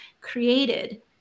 created